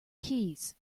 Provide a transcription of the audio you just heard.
keys